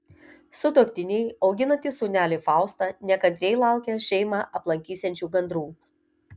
sutuoktiniai auginantys sūnelį faustą nekantriai laukia šeimą aplankysiančių gandrų